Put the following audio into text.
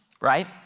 right